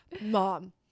mom